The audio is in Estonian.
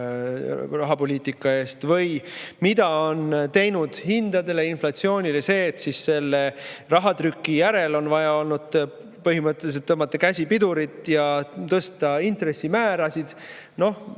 rahapoliitika eest, või mida on teinud hindadele, inflatsioonile see, et selle rahatrüki järel on vaja olnud põhimõtteliselt tõmmata käsipidurit ja tõsta intressimäärasid.